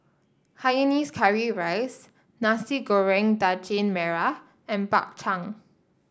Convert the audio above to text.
Hainanese Curry Rice Nasi Goreng Daging Merah and Bak Chang